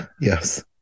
yes